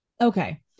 Okay